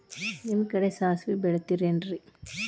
ನಿಮ್ಮ ಕಡೆ ಸಾಸ್ವಿ ಬೆಳಿತಿರೆನ್ರಿ?